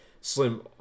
slim